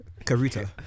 Karuta